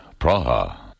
Praha